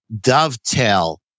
dovetail